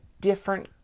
different